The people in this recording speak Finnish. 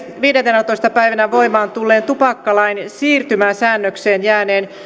viidentenätoista päivänä voimaan tulleen tupakkalain siirtymäsäännökseen jääneen